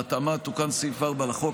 בהתאמה תוקן סעיף 4 לחוק,